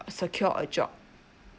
secure a job